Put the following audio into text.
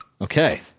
Okay